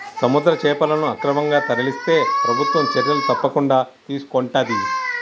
సముద్ర చేపలను అక్రమంగా తరలిస్తే ప్రభుత్వం చర్యలు తప్పకుండా తీసుకొంటది